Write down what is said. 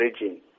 region